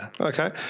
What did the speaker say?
Okay